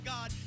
God